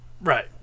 Right